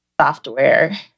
software